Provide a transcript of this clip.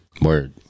Word